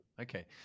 okay